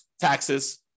taxes